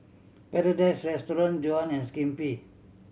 Paradise Restaurant Johan and Skippy